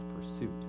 pursuit